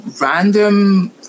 random